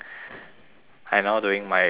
I now doing my threshold set